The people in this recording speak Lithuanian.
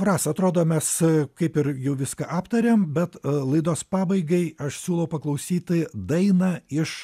rasa atrodo mes kaip ir jau viską aptarėm bet laidos pabaigai aš siūlau paklausyti dainą iš